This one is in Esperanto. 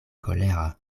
kolera